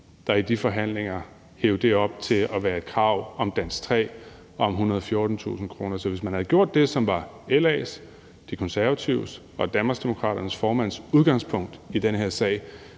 der i de forhandlinger hævede det til at være et krav om danskprøve 3 og om 114.000 kr. Så hvis man havde gjort det, som var LA's, De Konservatives og Danmarksdemokraternes formands udgangspunkt i den her sag,